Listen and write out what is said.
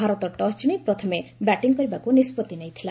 Bharat toss ଜିଣି ପ୍ରଥମେ batting କରିବାକୁ ନିଷ୍କଭି ନେଇଥିଲା